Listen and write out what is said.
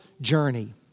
journey